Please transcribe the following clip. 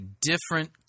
different